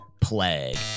plague